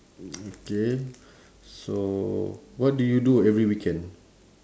okay so what do you do every weekend